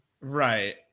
Right